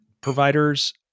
providers